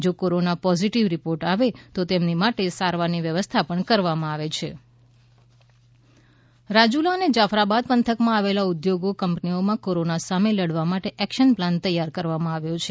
જો corona positive report આવે તો તેમની માટે સારવારની વ્યવસ્થા કરવામાં આવે છે અમરેલી કોરોના રાજુલા અને જાફરાબાદ પંથકમાં આવેલ ઉદ્યોગો કંપનીઓમાં કોરોના સામે લડવા માટે એક્શન પ્લાન તૈયાર કરવામાં આવ્યો છે